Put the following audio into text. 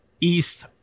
East